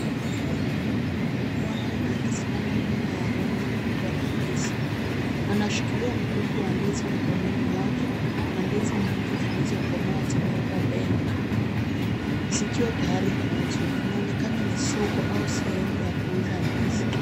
Mwanamume akisimama nyuma ya rundo kubwa la ndizi. Anashikilia mkungu wa ndizi mkononi mwake na ndizi nyingi zilizokomaa zimewekwa mbele zikiwa tayari kuuzwa. Inaonekana ni soko au sehemu ya kuuza ndizi.